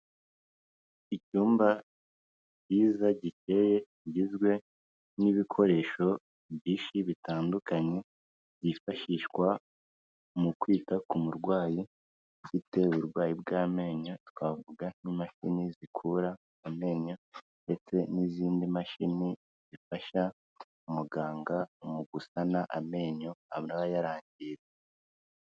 Icyumba cyiza gikeye kigizwe n'ibikoresho byinshi bitandukanye byifashishwa mu kwita ku murwayi, ufite uburwayi bw'amenyo twavuga nk'imashini zikura amenyo, ndetse n'izindi mashini zifasha umuganga mu gusana amenyo abayarangiritse .